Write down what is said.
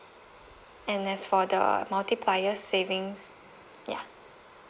and as for the multiplier savings ya